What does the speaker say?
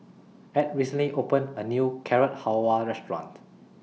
Ed recently opened A New Carrot Halwa Restaurant